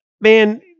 man